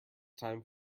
time